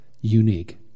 unique